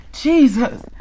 Jesus